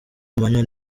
amanywa